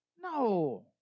No